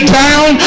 down